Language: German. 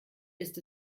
ist